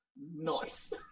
Nice